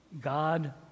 God